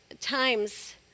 times